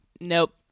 Nope